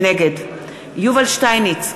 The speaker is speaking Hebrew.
נגד יובל שטייניץ,